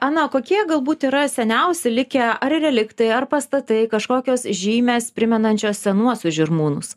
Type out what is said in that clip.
ana o kokie galbūt yra seniausi likę ar reliktai ar pastatai kažkokios žymės primenančios senuosius žirmūnus